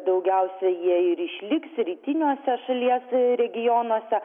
daugiausiai jie ir išliks rytiniuose šalies regionuose